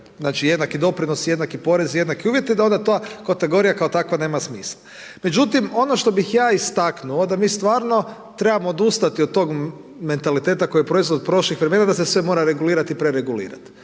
znači jednaki doprinos i jednaki porez, jednaki uvjeti da onda ta kategorija kao takva nema smisla. Međutim ono što bih ja istaknuo, da mi stvarno trebamo odustati od tog mentaliteta koji je proizvod prošlih vremena da se sve mora regulirati i preregulirati.